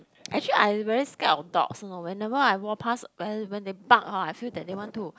actually I very scared of dogs loh whenever I walk pass when when they bark ah I feel that they want to